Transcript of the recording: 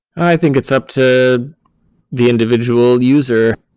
i think it's up to the individual user.